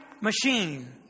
machine